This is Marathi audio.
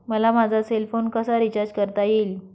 मला माझा सेल फोन कसा रिचार्ज करता येईल?